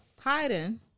hiding